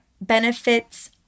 benefits